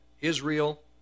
israel